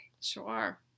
Sure